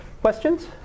Questions